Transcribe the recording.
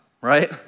right